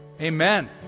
Amen